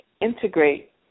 integrate